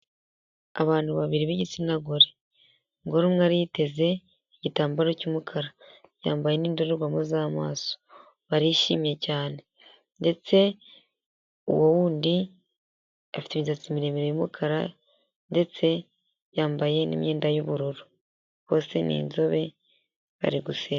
Abantu babiri b'igitsina gore; umugore umwe ariteze igitambaro cy'umukara, yambaye n'indorerwamo z'amaso, barishimye cyane; ndetse uwo wundi afite imisatsi miremire y'umukara, ndetse yambaye n'imyenda y'ubururu. Bose ni inzobe, bari guseka.